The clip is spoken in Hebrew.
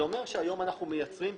זה אומר שהיום אנחנו מייצרים פיגום,